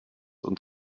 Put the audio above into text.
und